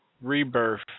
Rebirth